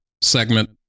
segment